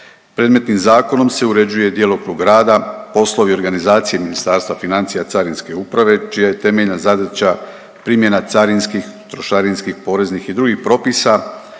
Predmetnim zakonom se uređuje djelokrug rada, poslovi organizacije Ministarstva financija Carinske uprave čija je temeljna zadaća primjena carinskih, trošarinskih, poreznih i drugih propis,